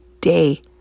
day